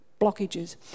blockages